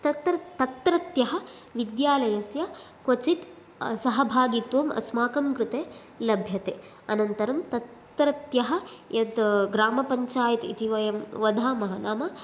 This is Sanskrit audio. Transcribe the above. तत्र तत्रत्यः विद्यालयस्य क्वचित् सहभागित्वम् अस्माकं कृते लभ्यते अनन्तरं तत्रत्यः यत् ग्रामपञ्चायत् इति वयं वदामः नाम